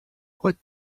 what